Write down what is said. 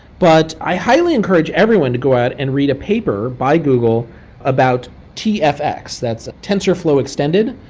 but i highly encourage everyone to go out and read a paper by google about tfx, that's a tensorflow extended.